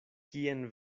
kien